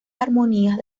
armonías